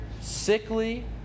sickly